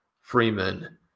Freeman